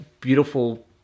beautiful